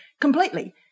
completely